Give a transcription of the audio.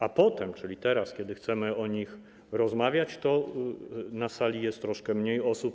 A potem, czyli teraz, kiedy chcemy o nich rozmawiać, to na sali jest troszkę mniej osób.